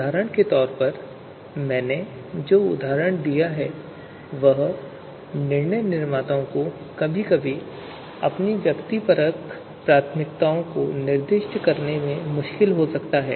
उदाहरण के लिए मैंने जो उदाहरण दिया है वह निर्णय निर्माताओं को कभी कभी अपनी व्यक्तिपरक प्राथमिकताओं को निर्दिष्ट करने में मुश्किल हो सकता है